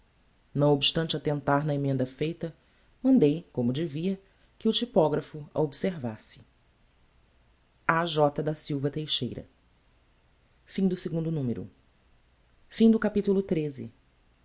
não obstante attentar na emenda feita mandei como devia que o typographo a observasse a j da silva teixeira o numero end